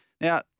Now